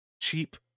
cheap